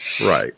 Right